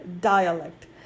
dialect